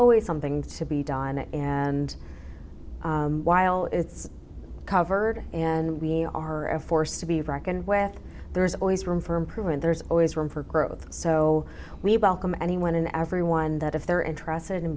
always something to be done and while it's covered and we are a force to be reckoned with there is always room for improvement there's always room for growth so we've all come anyone and everyone that if they're interested in